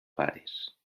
pares